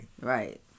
Right